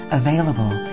available